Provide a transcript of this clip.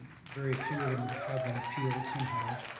very few of them have been appealed. some have.